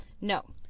No